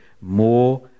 more